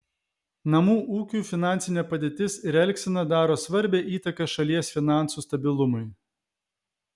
namų ūkių finansinė padėtis ir elgsena daro svarbią įtaką šalies finansų stabilumui